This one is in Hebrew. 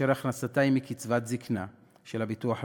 כאשר הכנסתה היא קצבת הזיקנה של הביטוח הלאומי.